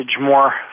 more